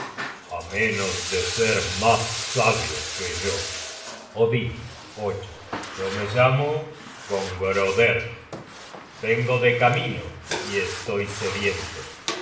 á menos de ser mas sabio que yo odin yo me llamo gongroder vengo de camino y estoy sediento